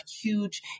huge